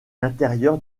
l’intérieur